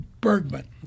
Bergman